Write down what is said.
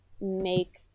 make